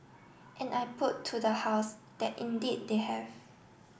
and I put to the house that indeed they have